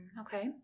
Okay